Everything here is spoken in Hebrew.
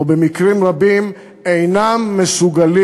או במקרים רבים אינם מסוגלים,